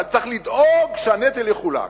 אבל צריך לדאוג שהנטל יחולק.